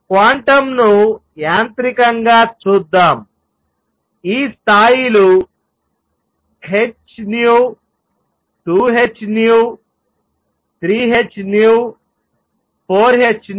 క్వాంటంను యాంత్రికంగా చూద్దాం ఈ స్థాయిలు h nu 2 h nu 3 h nu 4 h nu